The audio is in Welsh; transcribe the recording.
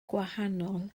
gwahanol